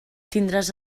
tindràs